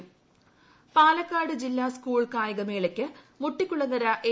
പാലക്കാട് കായികമേള പാലക്കാട് ജില്ലാ സ്കൂൾ കായികമേളക്ക് മുട്ടിക്കുളങ്ങര എ